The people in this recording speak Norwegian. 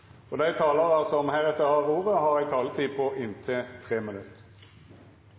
Dei talarane som heretter får ordet, har ei taletid på inntil 3 minutt.